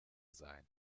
sein